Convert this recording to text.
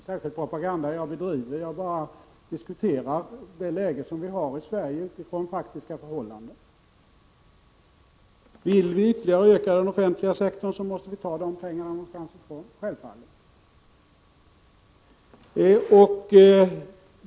Herr talman! Jag vet inte vad det är för särskild propaganda jag bedriver. Jag diskuterar bara läget i Sverige utifrån faktiska förhållanden. Vill vi ytterligare öka den offentliga sektorn måste vi självfallet ta pengarna någonstans.